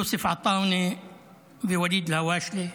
יוסף עטאונה וואליד אלהואשלה,